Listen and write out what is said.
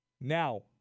Now